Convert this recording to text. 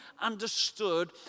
understood